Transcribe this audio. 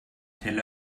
tel